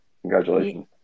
congratulations